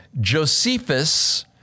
Josephus